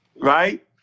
right